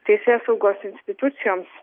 teisėsaugos institucijoms